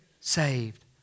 saved